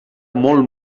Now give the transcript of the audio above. molt